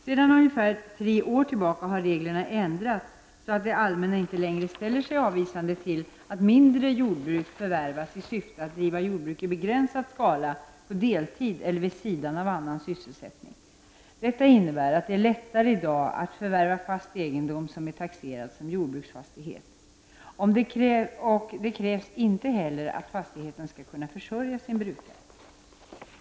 Sedan ungefär tre år tillbaka har reglerna ändrats så att det allmänna inte längre ställer sig avvisande till att mindre jordbruk förvärvas i syfte att driva jordbruk i begränsad skala på deltid eller vid sidan av annan sysselsättning. Detta innebär att det är lättare i dag att förvärva fast egendom som är taxerad som jordbruksfastighet. Och det krävs inte heller att fastigheten skall kunna försörja sin brukare.